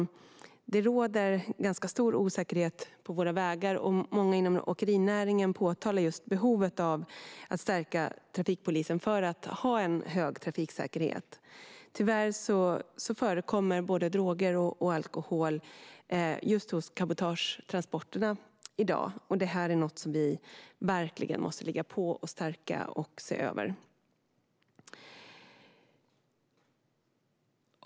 Det råder ganska stor osäkerhet på våra vägar, och många inom åkerinäringen framhåller behovet av att stärka trafikpolisen för att åstadkomma en hög trafiksäkerhet. Tyvärr förekommer i dag både droger och alkohol vid just cabotagetransporter, och detta är något som vi verkligen måste ligga på för att stärka och se över.